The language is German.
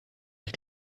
ich